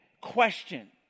question